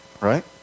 right